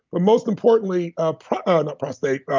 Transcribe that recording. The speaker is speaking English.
but most importantly. ah ah not prostate,